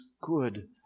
good